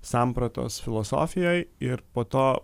sampratos filosofijoj ir po to